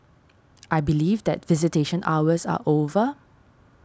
I believe that visitation hours are over